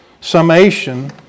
summation